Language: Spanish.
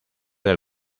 del